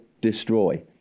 destroy